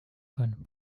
können